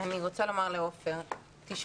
אני רוצה לומר לעופר כסיף.